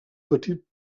petit